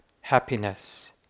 happiness